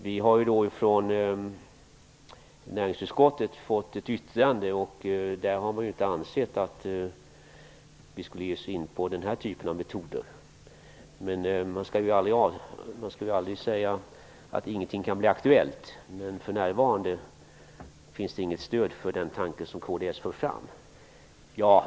Vi har från näringsutskottet fått ett yttrande, och där har man inte ansett att vi skulle ge oss in på den här typen av metoder. Man skall aldrig säga att det inte kan bli aktuellt. Men för närvarande finns det inget stöd för den tanke som kds för fram.